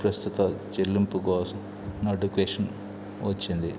ప్రస్తుత చెల్లింపు కోసం నోటిఫికేషన్ వచ్చింది